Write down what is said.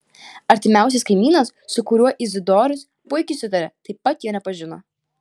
artimiausias kaimynas su kuriuo izidorius puikiai sutarė taip pat jo nepažino